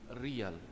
real